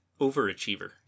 Overachiever